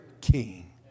king